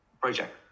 project